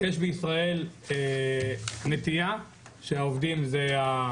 יש בישראל נטייה לכך שהעובדים הם מה